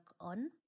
on